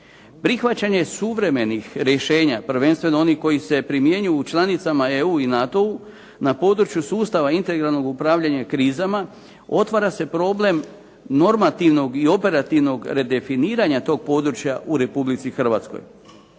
Prihvaćanje suvremenih rješenja, prvenstveno onih koji se primjenjuju u članica EU i NATO-u na području sustava integralnog upravljanja krizama, otvara se problem normativnog i operativnog redefiniranja toga područja u Republici Hrvatskoj.